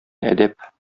әдәп